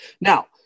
Now